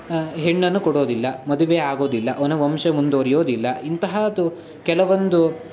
ಹಾಂ ಹೆಣ್ಣನ್ನು ಕೊಡೋದಿಲ್ಲ ಮದುವೆ ಆಗೋದಿಲ್ಲ ಅವನ ವಂಶ ಮುಂದುವರ್ಯೋದಿಲ್ಲ ಇಂಥಹದ್ದು ಕೆಲವೊಂದು